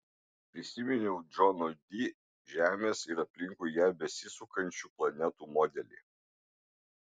prisiminiau džono di žemės ir aplinkui ją besisukančių planetų modelį